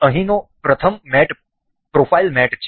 અહીંનો પ્રથમ મેટ પ્રોફાઇલ મેટ છે